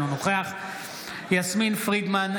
אינו נוכח יסמין פרידמן,